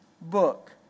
book